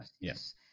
Yes